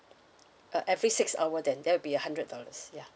uh every six hour then that will be a hundred dollars yeah